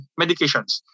medications